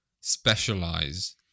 specialize